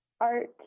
art